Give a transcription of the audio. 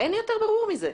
יותר ברור מזה.